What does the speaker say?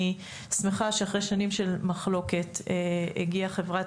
אני שמחה שאחרי שנים של מחלוקת הגיעה חברת